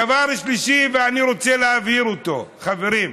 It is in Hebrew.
דבר שלישי, ואני רוצה להבהיר אותו, חברים: